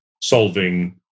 solving